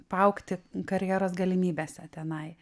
paaugti karjeros galimybėse tenai